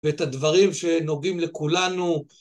ואת הדברים שנוגעים לכולנו.